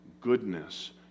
goodness